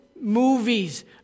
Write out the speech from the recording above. movies